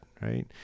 right